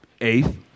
eighth